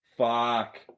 Fuck